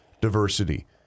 diversity